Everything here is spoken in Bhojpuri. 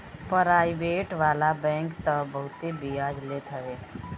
पराइबेट वाला बैंक तअ बहुते बियाज लेत हवे